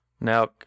Now